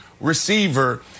receiver